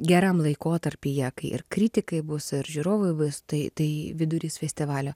geram laikotarpyje kai ir kritikai bus ir žiūrovai bus tai tai vidurys festivalio